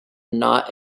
not